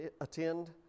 attend